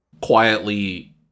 quietly